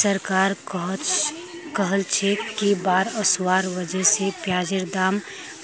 सरकार कहलछेक कि बाढ़ ओसवार वजह स प्याजेर दाम